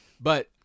But-